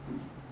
yes